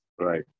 Right